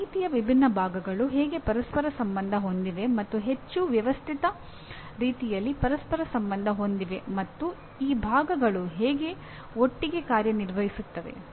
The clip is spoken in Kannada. ಮಾಹಿತಿಯ ವಿಭಿನ್ನ ಭಾಗಗಳು ಹೇಗೆ ಪರಸ್ಪರ ಸಂಬಂಧ ಹೊಂದಿವೆ ಮತ್ತು ಹೆಚ್ಚು ವ್ಯವಸ್ಥಿತ ರೀತಿಯಲ್ಲಿ ಪರಸ್ಪರ ಸಂಬಂಧ ಹೊಂದಿವೆ ಮತ್ತು ಈ ಭಾಗಗಳು ಹೇಗೆ ಒಟ್ಟಿಗೆ ಕಾರ್ಯನಿರ್ವಹಿಸುತ್ತವೆ